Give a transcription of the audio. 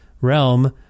realm